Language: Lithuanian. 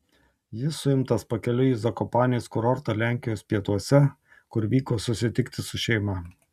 jis suimtas pakeliui į zakopanės kurortą lenkijos pietuose kur vyko susitikti su šeima